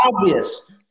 obvious